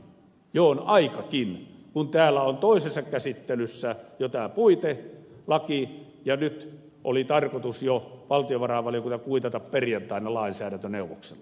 jo on aikakin kun täällä on toisessa käsittelyssä jo tämä puitelaki ja nyt oli tarkoitus jo valtiovarainvaliokunnan kuitata perjantaina lainsäädäntöneuvoksella